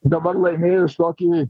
dabar laimėjus tokį